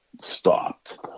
stopped